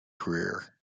career